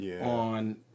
on